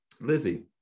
Lizzie